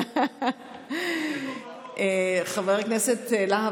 ישר כוח.